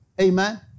Amen